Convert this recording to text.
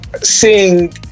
seeing